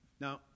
Now